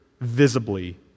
visibly